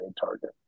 target